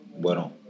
Bueno